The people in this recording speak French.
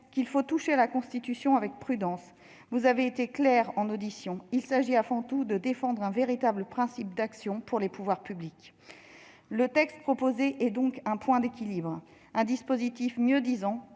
qu'il faut toucher à la Constitution avec prudence, vous avez été clair en audition : il s'agit avant tout de défendre un véritable principe d'action pour les pouvoirs publics. Le texte proposé est donc un point d'équilibre : un dispositif mieux-disant,